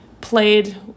played